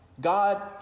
God